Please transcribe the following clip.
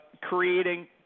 creating